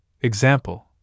Example